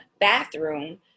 bathroom